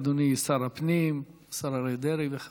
אדוני שר הפנים, השר אריה דרעי, בכבוד.